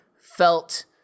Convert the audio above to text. felt